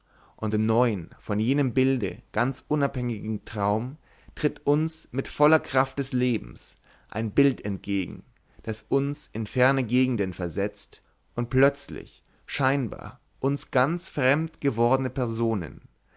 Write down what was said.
und im neuen von jenem bilde ganz unabhängigen traum tritt uns mit voller kraft des lebens ein bild entgegen das uns in ferne gegenden versetzt und plötzlich scheinbar uns ganz fremd gewordene personen